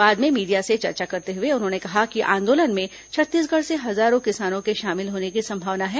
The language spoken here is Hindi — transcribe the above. बाद में मीडिया से चर्चा करते हुए उन्होंने कहा कि आंदोलन में छत्तीसगढ़ से हजारों किसानों के शामिल होने की संभावना है